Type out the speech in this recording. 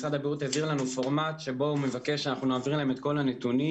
משרד הבריאות העביר אלינו פורמט שבו הוא מבקש שנעביר לו את כל הנתונים.